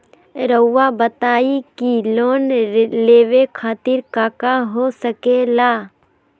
रउआ बताई की लोन लेवे खातिर काका हो सके ला?